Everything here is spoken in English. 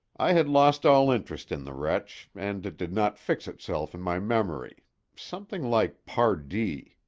i had lost all interest in the wretch, and it did not fix itself in my memory something like pardee.